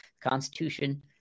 constitution